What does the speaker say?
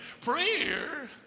Prayer